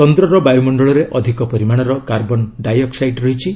ଚନ୍ଦ୍ରର ବାୟୁ ମଣ୍ଡଳରେ ଅଧିକ ପରିମାଣର କାର୍ବନ୍ ଡାଇଅକ୍କାଇଡ୍ ରହିଛି